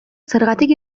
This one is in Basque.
zergatik